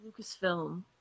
Lucasfilm